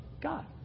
God